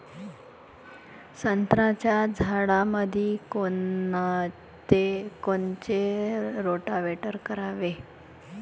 संत्र्याच्या झाडामंदी कोनचे रोटावेटर करावे?